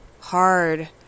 hard